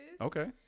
Okay